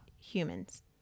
humans